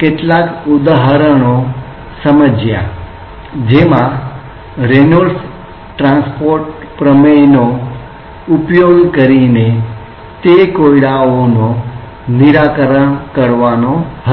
કેટલાક કોયડાઓ સમજ્યા જેમાં રેનોલ્ડ્સ ટ્રાન્સપોર્ટ પ્રમેયનો ઉપયોગ તે કોયડાઓ ના નિરાકરણ માટે હતો